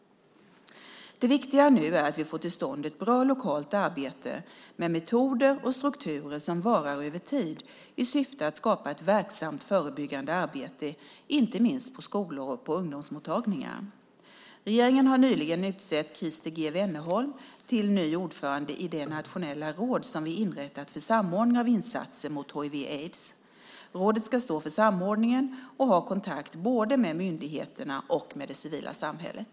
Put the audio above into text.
Det viktiga nu är att vi får till stånd ett bra lokalt arbete med metoder och strukturer som varar över tid i syfte att skapa ett verksamt förebyggande arbete, inte minst på skolor och på ungdomsmottagningar. Regeringen har nyligen utsett Christer G. Wennerholm till ny ordförande i det nationella råd som vi inrättat för samordning av insatser mot hiv/aids. Rådet ska stå för samordningen och ha kontakt både med myndigheterna och med det civila samhället.